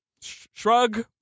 Shrug